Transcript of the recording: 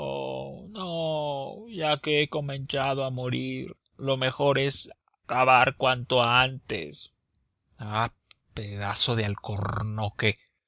ya que he comenzado a morir lo mejor es acabar cuanto antes ah pedazo de alcornoque